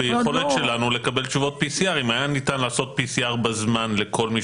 ביכולת שלנו לקבל תשובות PCR. אם היה ניתן לעשות PCR בזמן לכל מי